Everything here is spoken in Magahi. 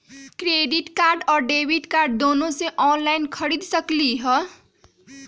क्रेडिट कार्ड और डेबिट कार्ड दोनों से ऑनलाइन खरीद सकली ह?